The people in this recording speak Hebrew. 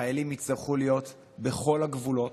החיילים יצטרכו להיות בכל הגבולות,